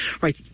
right